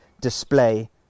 display